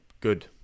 good